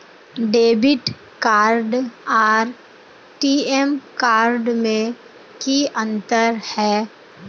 Debit card आर TM card में की अंतर है?